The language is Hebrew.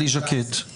שלכם על